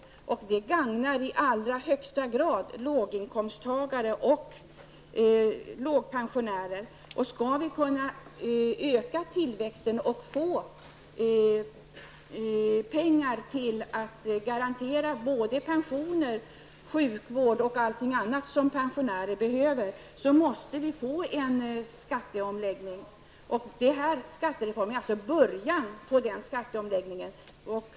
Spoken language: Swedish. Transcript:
Det gagnar i allra högsta grad låginkomsttagare och lågpensionärer. Skall vi kunna öka tillväxten och få pengar till att garantera både pensioner, sjukvård och allt annat som pensionärer behöver måste vi få en skatteomläggning. Den här skattereformen är alltså början på den skatteomläggningen.